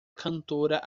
cantora